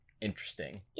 interesting